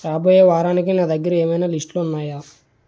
రాబోయే వారానికి నా దగ్గర ఏవైనా లిస్టులు ఉన్నాయా